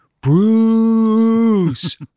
Bruce